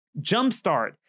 jumpstart